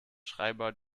schreiber